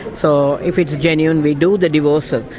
so if it's genuine we do the divorces.